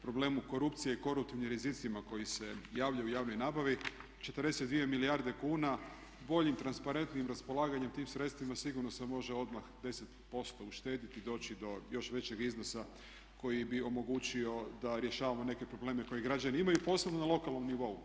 problemu korupcije i koruptivnim rizicima koji se javljaju u javnoj nabavi 42 milijarde kuna boljim, transparentnijim raspolaganjem tim sredstvima sigurno se može odmah 10% uštediti i doći do još većeg iznosa koji bi omogućio da rješavamo neke probleme koje građani imaju posebno na lokalnom nivou.